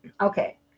Okay